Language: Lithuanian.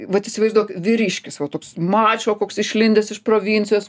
vat įsivaizduok vyriškis toks mačo koks išlindęs iš provincijos